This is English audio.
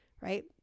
right